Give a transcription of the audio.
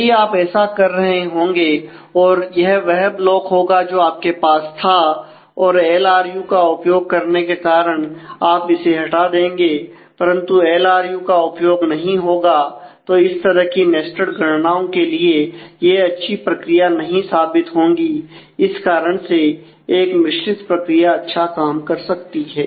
यदि आप ऐसा कर रहे होंगे और यह वह ब्लॉक होगा जो आपके पास था और एल आर यू का उपयोग करने के कारण आप इसे हटा देंगे परंतु यदि एल आर यू का उपयोग नहीं होगा तो इस तरह की नेस्टेड गणनाओ के लिए यह अच्छी प्रक्रिया नहीं साबित होंगी इसी कारण से एक मिश्रित प्रक्रिया अच्छा काम कर सकती है